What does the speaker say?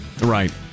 Right